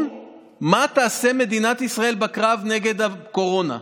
מה תעשה מדינת ישראל בקרב נגד הקורונה.